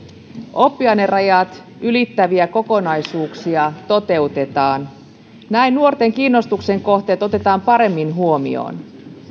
oppiainerajat ylittäviä kokonaisuuksia toteutetaan näin nuorten kiinnostuksen kohteet otetaan paremmin huomioon